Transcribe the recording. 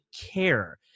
care